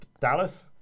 Dallas